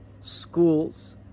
schools